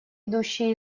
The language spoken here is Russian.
идущие